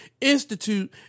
institute